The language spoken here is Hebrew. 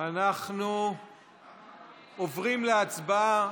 אנחנו עוברים להצבעה.